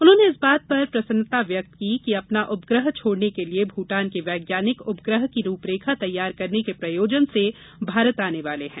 उन्होंने इस बात पर प्रसन्नता व्यक्त की कि अपना उपग्रह छोड़ने के लिए भूटान के वैज्ञानिक उपग्रह की रूपरेखा तैयार करने के प्रयोजन से भारत आने वाले हैं